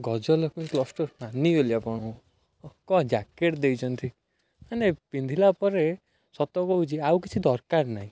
Gajalakshmi cloth store ମାନିଗଲି ଆପଣଙ୍କୁ କ'ଣ ଜ୍ୟାକେଟ୍ ଦେଇଛନ୍ତି ମାନେ ପିନ୍ଧିଲା ପରେ ସତ କହୁଛି ଆଉ କିଛି ଦରକାର ନାହିଁ